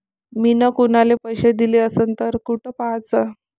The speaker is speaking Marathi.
मिन कुनाले पैसे दिले असन तर कुठ पाहाचं?